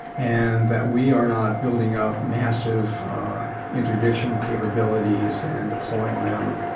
and that we are not building up massive interdiction capabilities and deploying them,